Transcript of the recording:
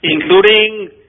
including